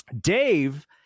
Dave